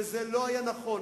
וזה לא היה נכון,